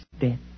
death